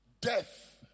death